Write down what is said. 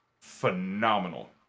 phenomenal